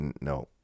no